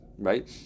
right